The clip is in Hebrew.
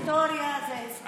ההיסטוריה זו היסטוריה.